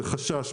זה חשש.